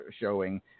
showing